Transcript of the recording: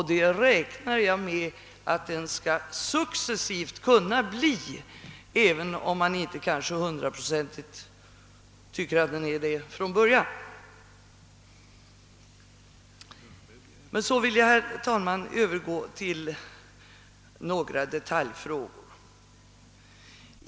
Det räknar jag med att den successivt skall kunna bli, även om den inte är det hundraprocentigt från början. Jag vill så, herr talman, övergå till några detaljfrågor.